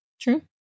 True